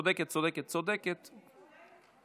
התשפ"א 2021,